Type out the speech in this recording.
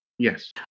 Yes